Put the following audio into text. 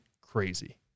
crazy